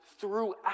throughout